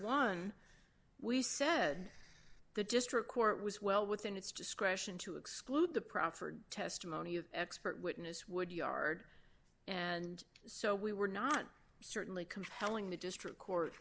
one we said the district court was well within its discretion to exclude the proffered testimony of expert witness would yard and so we were not certainly compelling the district court